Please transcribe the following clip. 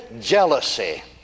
jealousy